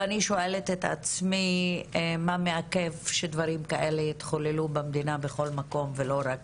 ואני שואלת את עצמי מה מעכב שדברים כאלה יתחוללו במדינה בכל מקום ולא רק